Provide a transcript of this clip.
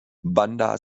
bandar